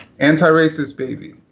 antiracist baby.